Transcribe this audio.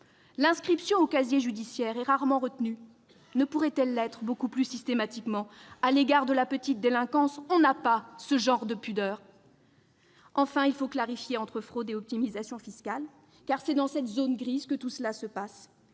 L'inscription au casier judiciaire est rarement retenue. Ne pourrait-elle l'être beaucoup plus systématiquement ? À l'égard de la petite délinquance, on n'a pas ce genre de pudeur ... Enfin, il faut clarifier la distance entre fraude et optimisation fiscale, car c'est dans cette zone grise que tout se passe.